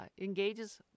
engages